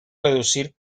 reducir